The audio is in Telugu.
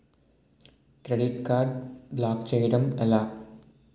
క్రెడిట్ కార్డ్ బ్లాక్ చేయడం ఎలా?